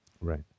Right